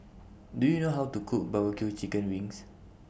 Do YOU know How to Cook Barbecue Chicken Wings